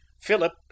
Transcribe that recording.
Philip